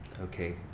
Okay